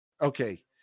Okay